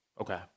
Okay